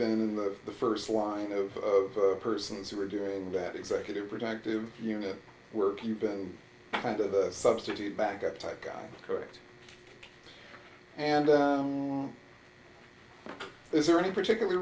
been the first line of persons who are doing that executive productive unit work you've been kind of a substitute backup type correct and is there any particular